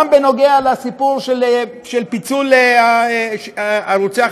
גם בסיפור של פיצול ערוצי,